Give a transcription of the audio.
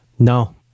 No